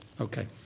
Okay